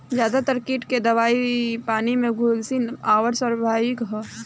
ज्यादातर कीट के दवाई पानी में घुलनशील आउर सार्वभौमिक ह?